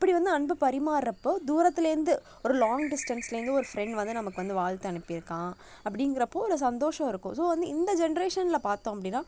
அப்படி வந்து அன்பை பரிமாறப்போ தூரத்திலேருந்து ஒரு லாங் டிஸ்டென்ஸ்லேருந்து ஒரு ஃப்ரெண்ட் வந்து நமக்கு வந்து வாழ்த்து அனுப்பியிருக்கான் அப்படிங்கிறப்போ ஒரு சந்தோஷம் இருக்கும் ஸோ வந்து இந்த ஜென்ரேஷனில் பார்த்தோம் அப்படின்னா